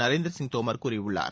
நரேந்திர சிங் தோமர் கூறியுள்ளார்